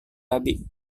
babi